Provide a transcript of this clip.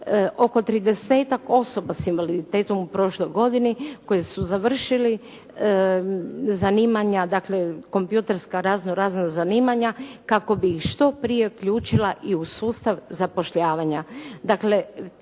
oko 30-ak osoba s invaliditetom u prošloj godini koje su završili zanimanja, dakle kompjutorska razno-razna zanimanja kako bi ih što prije uključila i u sustav zapošljavanja.